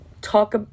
talk